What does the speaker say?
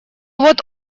вот